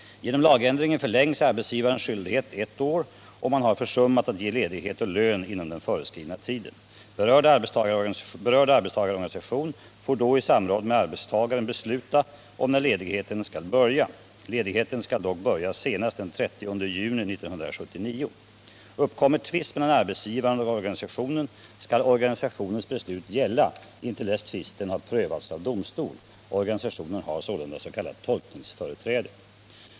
Genom lagändringen förlängs arbetsgivarens skyldigheter ett år, om han har försummat att ge ledighet och lön inom den föreskrivna tiden. Berörd arbetstagarorganisation får då i samråd med arbetstagaren besluta om när ledigheten skall börja. Ledigheten skall dock börja senast den 30 juni 1979. Upp kommer tvist mellan arbetsgivaren och organisationen skall organisationens beslut gälla intill dess tvisten har prövats av domstol. Organisationen har sålunda s.k. tolkningsföreträde.